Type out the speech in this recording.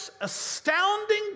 astounding